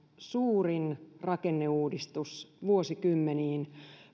suurin rakenneuudistus vuosikymmeniin